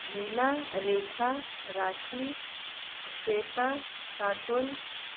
Meena Rekha Rakhi Shweta Kakul